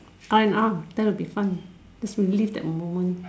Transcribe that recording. buy an arc that would be fun to relive that moment